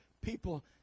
people